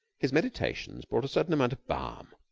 his meditations brought a certain amount of balm.